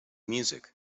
music